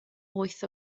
wyth